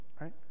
Right